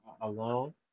alone